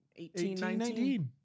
1819